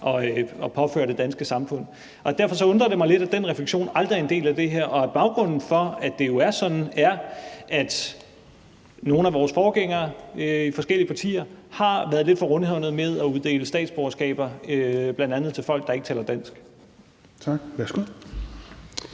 at påføre det danske samfund. Derfor undrer det mig lidt, at den refleksion aldrig er en del af det her – at baggrunden for, at det jo er sådan, er, at nogle af vores forgængere i forskellige partier har været lidt for rundhåndede med at uddele statsborgerskaber bl.a. til folk, der ikke taler dansk. Kl. 17:03